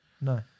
No